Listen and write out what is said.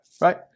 right